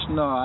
no